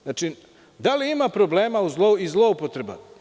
Znači, da li ima problema i zloupotreba?